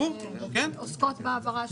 שעוסקות בהעברה,